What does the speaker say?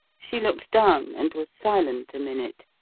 she looked down and was silent a minute.